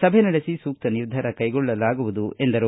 ಸಭೆ ನಡೆಸಿ ಸೂಕ್ತ ನಿರ್ಧಾರ ಕೈಗೊಳ್ಳಲಾಗುವುದು ಎಂದರು